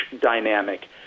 dynamic